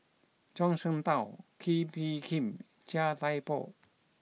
Zhuang Shengtao Kee Bee Khim Chia Thye Poh